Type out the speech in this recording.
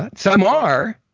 ah some are,